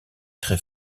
très